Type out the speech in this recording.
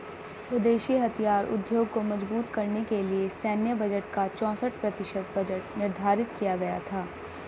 स्वदेशी हथियार उद्योग को मजबूत करने के लिए सैन्य बजट का चौसठ प्रतिशत बजट निर्धारित किया गया था